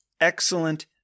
Excellent